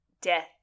death